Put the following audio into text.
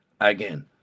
again